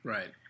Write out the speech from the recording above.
Right